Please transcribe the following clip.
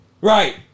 Right